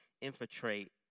infiltrate